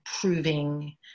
proving